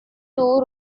two